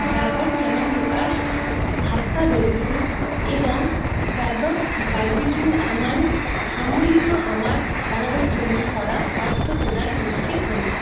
ডাবর চ্যবনপ্রকাশ হাপ্পা baby food এবং Fabbox barbecue almond সম্বলিত আমার অর্ডারের জন্য করা অর্থ প্রদান নিশ্চিত হয়েছে